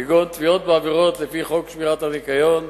כגון תביעות בעבירות לפי חוק שמירת הניקיון,